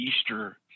Easter